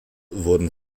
wurden